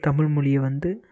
தமிழ் மொழியை வந்து